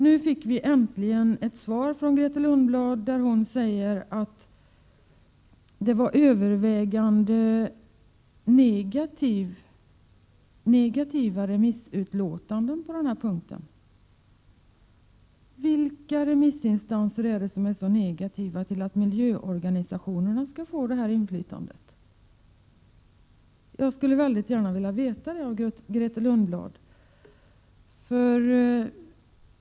Nu fick vi äntligen ett svar från Grethe Lundblad där hon säger att det var övervägande negativa remissutlåtanden på denna punkt. Vilka remissinstanser är det som är så negativa till att miljöorganisationerna skall få detta inflytande? Det skulle jag gärna vilja veta av Grethe Lundblad.